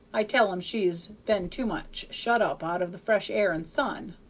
i tell em she's been too much shut up out of the fresh air and sun.